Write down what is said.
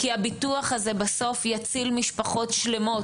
כי הביטוח הזה בסוף יציל משפחות שלמות